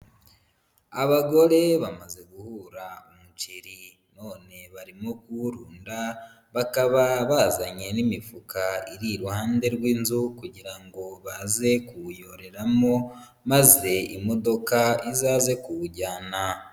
Abagore bamaze guhura umuceri. None barimo kuwurunda. Bakaba bazanye n'imifuka iri iruhande rw'inzu, kugira ngo baze kuwuyoreramo maze imodoka izaze kuwujyana.